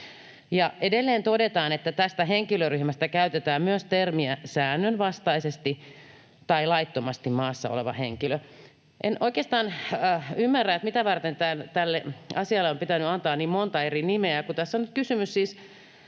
Edelleen todetaan, että tästä henkilöryhmästä käytetään myös termiä ”säännönvastaisesti tai laittomasti maassa oleva henkilö”. En oikeastaan ymmärrä, mitä varten tälle asialle on pitänyt antaa niin monta eri nimeä, kun tässä on nyt kysymys siis